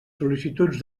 sol·licituds